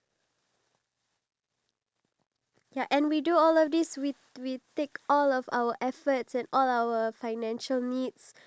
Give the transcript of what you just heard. or the the fact that there's a lot of people who are wheelchair bound in singapore it's an older generation but I just feel like you should